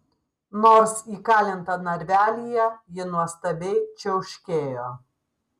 nors įkalinta narvelyje ji nuostabiai čiauškėjo